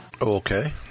Okay